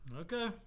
Okay